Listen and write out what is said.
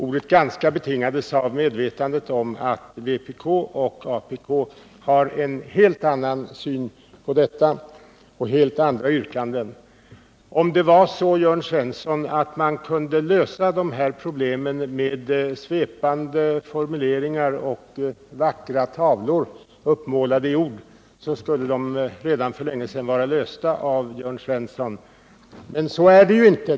Ordet ganska betingades av medvetande om att vpk och apk har en helt annan syn på varvsproblematiken och helt andra yrkanden. Om det var så, Jörn Svensson, att man kunde lösa problemen med svepande formuleringar och vackra tavlor, uppmålade i ord, skulle de redan för länge sedan vara lösta av Jörn Svensson. Men så är det ju inte.